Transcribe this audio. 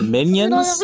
Minions